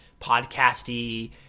podcasty